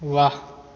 वाह